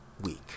week